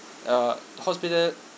uh hospital~